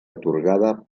atorgada